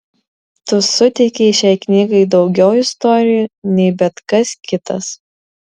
tu suteikei šiai knygai daugiau istorijų nei bet kas kitas